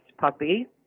puppy